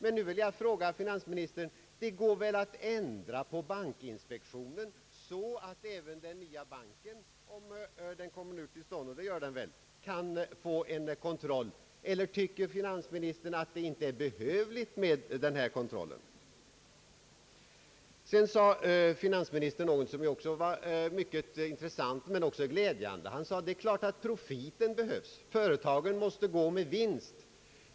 Då vill jag fråga finansministern: Det går väl att ändra på bankinspektionen så att även den nya banken — om den nu kommer till stånd, och det gör den väl — kan kontrolleras, eller tycker finansministern att det inte är behövligt med en kontroll? Sedan sade finansministern något som var mycket intressant och mycket glädjande, nämligen att profiten givetvis behövs. Företagen måste gå med vinst.